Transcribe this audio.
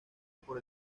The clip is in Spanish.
por